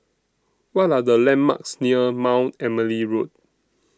What Are The landmarks near Mount Emily Road